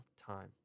time